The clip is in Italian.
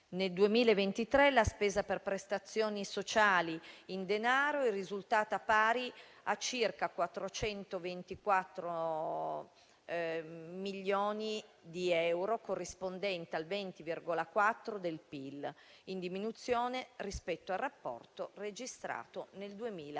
Nel 2023, la spesa per prestazioni sociali in denaro è risultata pari a circa 424 milioni di euro, corrispondente al 20,4 del PIL, in diminuzione rispetto al rapporto registrato nel 2022.